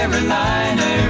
Carolina